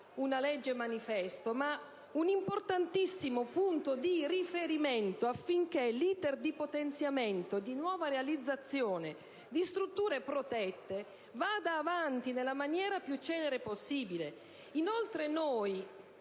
una legge manifesto, ma un importantissimo punto di riferimento affinché l'*iter* di potenziamento e di nuova realizzazione di strutture protette vada avanti nella maniera più celere possibile. Inoltre, noi